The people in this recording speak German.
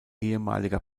ehemaliger